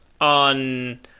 on